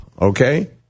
Okay